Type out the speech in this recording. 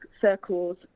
circles